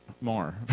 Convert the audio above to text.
more